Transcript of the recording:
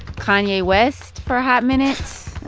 kanye west for a hot minute